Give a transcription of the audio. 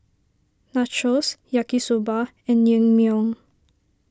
Nachos Yaki Soba and Naengmyeon